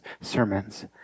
sermons